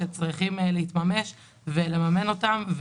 שצריכים להתממש ולממן אותם.